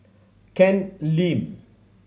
Ken Lim